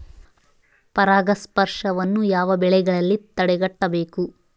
ಪರಾಗಸ್ಪರ್ಶವನ್ನು ಯಾವ ಬೆಳೆಗಳಲ್ಲಿ ತಡೆಗಟ್ಟಬೇಕು?